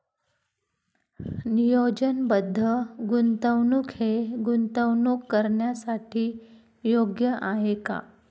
नियोजनबद्ध गुंतवणूक हे गुंतवणूक करण्यासाठी योग्य आहे का?